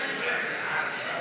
ההסתייגות